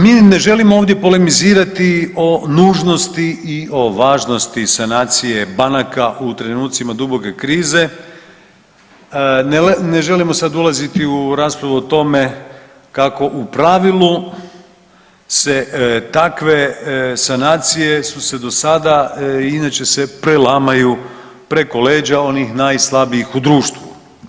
Mi ne želimo ovdje polemizirati o nužnosti i o važnosti sanacije banaka u trenucima duboke krize, ne želimo sad ulaziti u raspravu o tome kako, u pravilu se, takve sanacije su se do sada, inače se prelamaju preko leđa onih najslabijih u društvu.